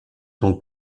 ton